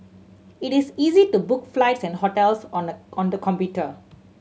it is easy to book flights and hotels on the on the computer